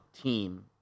team